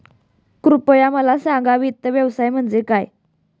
कृपया मला सांगा वित्त व्यवसाय म्हणजे काय?